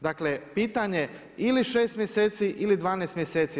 Dakle, pitanje ili 6 mjeseci ili 12 mjeseci.